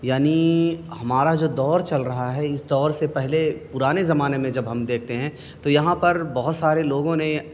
یعنی ہمارا جو دور چل رہا ہے اس دور سے پہلے پرانے زمانے میں جب ہم دیکھتے ہیں تو یہاں پر بہت سارے لوگوں نے